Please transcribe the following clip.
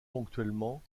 ponctuellement